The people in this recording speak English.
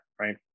right